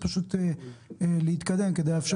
ייעשו